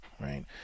right